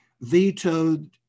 vetoed